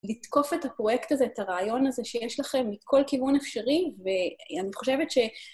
לתקוף את הפרויקט הזה, את הרעיון הזה שיש לכם מכל כיוון אפשרי, ואני חושבת ש...